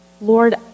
Lord